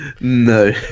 No